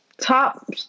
top